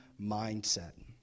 Mindset